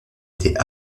étaient